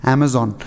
Amazon